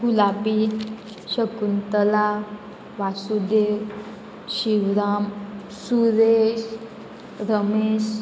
गुलाबी शकुंतला वासुदेव शिवराम सुरेश रमेश